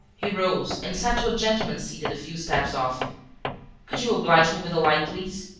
he rose and said to a gentleman seated a few steps off could you oblige me with a light, please?